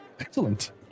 Excellent